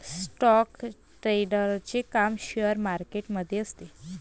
stock ट्रेडरचे काम share market मध्ये असते